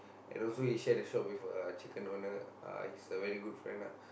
and also he share the shop with a chicken owner uh he's a very good friend ah